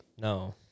No